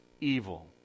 evil